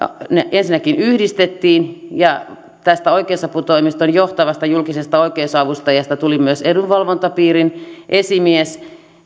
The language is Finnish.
ensinnäkin yhdistettiin ja tästä oikeusaputoimiston johtavasta julkisesta oikeus avustajasta tuli myös edunvalvontapiirin esimies